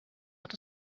hat